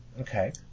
Okay